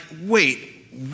wait